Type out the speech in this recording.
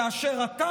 כאשר אתה